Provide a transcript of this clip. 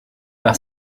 par